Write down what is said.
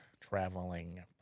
traveling